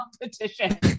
competition